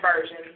version